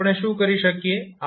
તો આપણે શું કરી શકીએ